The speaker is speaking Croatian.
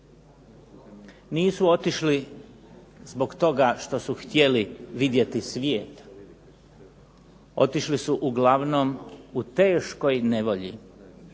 Nisu otišli zbog toga što su htjeli vidjeti svijet, otišli su uglavnom u teškoj nevolji,